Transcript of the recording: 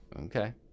Okay